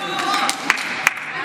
לקרעי מחיאות כפיים סוערות, טוב,